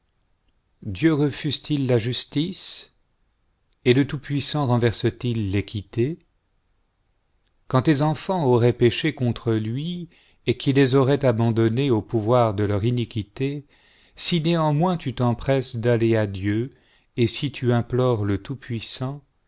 dieu refuse-t-il la justice et le toutpuissant renverse-t-il l'équité quand tes enfants auraient péché contre lui et qu'il les aurait abandonnés au pouvoir de leur iniquité si néanmoins tu t'empress d'aller à dieu et si tu implores le